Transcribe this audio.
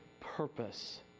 purpose